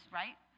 right